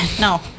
No